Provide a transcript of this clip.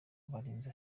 barinzi